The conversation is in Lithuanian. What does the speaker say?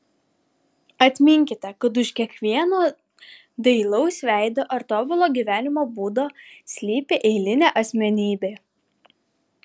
atminkite kad už kiekvieno dailaus veido ar tobulo gyvenimo būdo slypi eilinė asmenybė